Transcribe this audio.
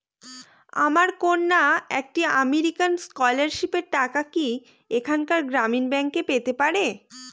আমার কন্যা একটি আমেরিকান স্কলারশিপের টাকা কি এখানকার গ্রামীণ ব্যাংকে পেতে পারে?